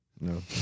No